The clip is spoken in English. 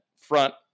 front